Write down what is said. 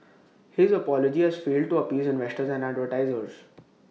his apology has failed to appease investors and advertisers